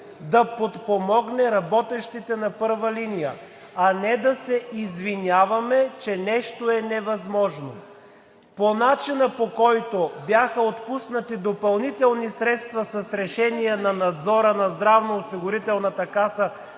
да подпомогне работещите на първа линия, а не да се извиняваме, че нещо е невъзможно. По начина, по който бяха отпуснати допълнителни средства с решение на Надзора на Здравноосигурителната каса